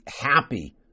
happy